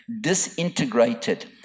disintegrated